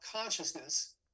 consciousness